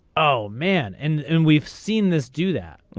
oh man and and we've seen this do that.